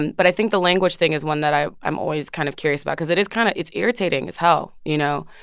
but i think the language thing is one that i'm always kind of curious about because it is kind of it's irritating as hell, you know?